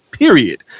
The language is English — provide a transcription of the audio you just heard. period